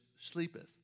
sleepeth